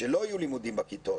שלא יהיו לימודים בכיתות,